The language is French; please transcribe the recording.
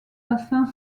bassins